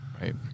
Right